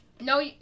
No